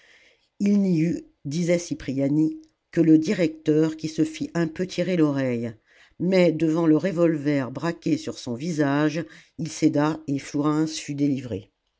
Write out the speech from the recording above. eut disait cipriani que le directeur qui se fit un peu tirer l'oreille mais devant le revolver braqué sur son visage il céda et flourens fut délivré